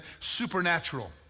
supernatural